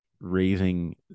raising